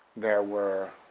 there were